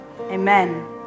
Amen